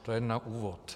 To jen na úvod.